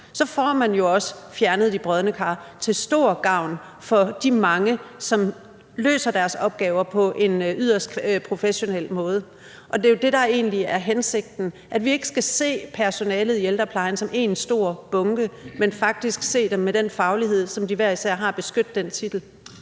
vi jo også fjernet de brodne kar – til stor gavn for de mange, som løser deres opgaver på en yderst professionel måde. Det er jo det, der egentlig er hensigten: at vi ikke skal se personalet i ældreplejen som én stor bunke, men faktisk se dem med den faglighed, som de hver især har, og beskytte den titel.